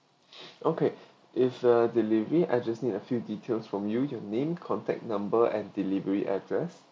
okay it's a delivery I just need a few details from you your name contact number and delivery address